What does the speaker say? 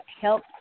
help